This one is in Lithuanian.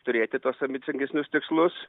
turėti tuos ambicingesnius tikslus